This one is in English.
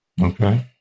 okay